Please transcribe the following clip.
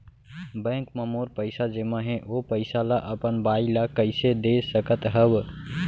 Bank म मोर पइसा जेमा हे, ओ पइसा ला अपन बाई ला कइसे दे सकत हव?